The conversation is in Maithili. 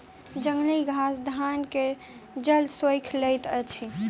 जंगली घास धान के जल सोइख लैत अछि